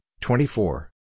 twenty-four